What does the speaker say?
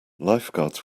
lifeguards